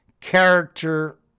character